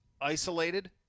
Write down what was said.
isolated